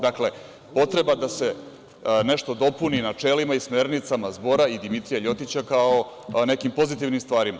Dakle, potreba da se nešto dopuni načelima i smernicama „Zbora“ i Dimitrija LJotića, kao nekim pozitivnim stvarima.